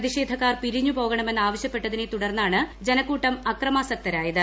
പ്രതിഷേധക്കാർ പിരിഞ്ഞു പോകണമെന്ന് ആവശ്യപ്പെട്ടതിനെ തുടർന്നാണ് ജനക്കൂട്ടം അക്രമാസക്തരായത്